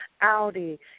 Audi